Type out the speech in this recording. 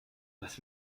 was